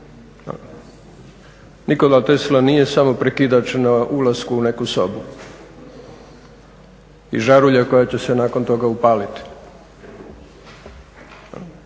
Nikola Tesla nije samo prekidač na ulasku u neku sobu i žarulja koja će se nakon toga upaliti.